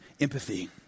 empathy